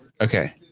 Okay